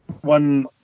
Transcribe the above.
one